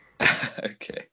Okay